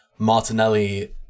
Martinelli